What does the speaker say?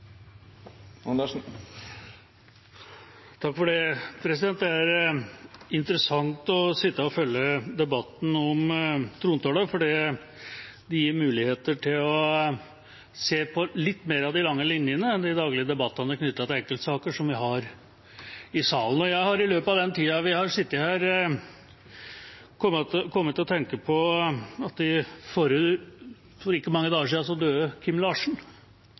Det er interessant å sitte og følge debatten om trontalen, for det gir muligheter til å se på litt mer av de lange linjene enn under de daglige debattene knyttet til enkeltsaker som vi har i salen. Jeg har i løpet av den tida vi har sittet her, kommet til å tenke på at for ikke mange dager siden døde